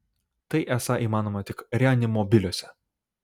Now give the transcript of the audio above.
tai esą įmanoma tik reanimobiliuose